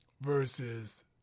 versus